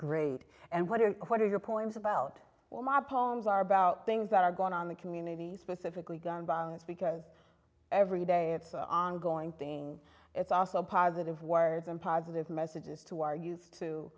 great and what are what are your points about my poems are about things that are going on the community specifically gun violence because every day it's an ongoing thing it's also positive words and positive messages to are used to